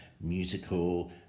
musical